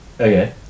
okay